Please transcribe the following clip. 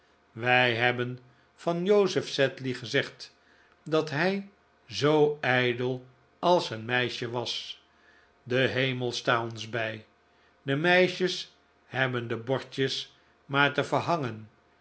wij hebben van joseph sedley gezegd dat hij zoo ijdel als een meisje was de hemel sta ons bij de meisjes hebben de bordjes maar te verhangen